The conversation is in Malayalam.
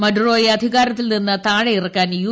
മഡ്റോയെ അധികാരത്തിൽ നിന്ന് താഴെയിറക്കാൻ യു